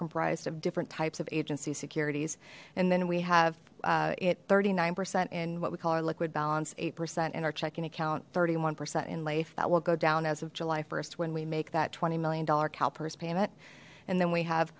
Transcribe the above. comprised of different types of agency securities and then we have it thirty nine percent in what we call our liquid balance eight percent in our checking account thirty one percent in life that will go down as of july first when we make that twenty million dollar calpers payment and then we have